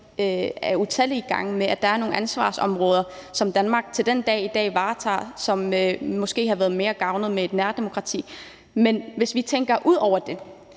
utallige gange, nemlig at der er nogle ansvarsområder, som Danmark lige til den dag i dag har varetaget, og som måske havde været bedre tjent med et nærdemokrati. Men hvis vi tænker ud over det,